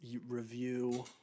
review